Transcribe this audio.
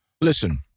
Listen